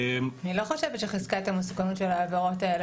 אני לא חושבת שחזקת המסוכנות של העבירות האלה